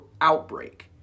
outbreak